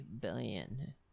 billion